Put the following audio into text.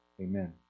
amen